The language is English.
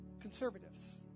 Conservatives